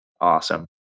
Awesome